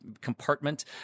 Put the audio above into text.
compartment